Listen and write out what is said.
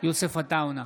יוסף עטאונה,